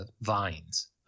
vines